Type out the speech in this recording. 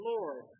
Lord